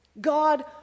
God